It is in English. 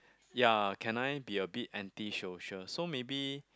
ya can I be a bit anti social so maybe